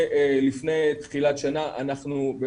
ולפני תחילת שנה אנחנו,